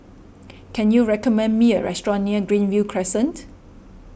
can you recommend me a restaurant near Greenview Crescent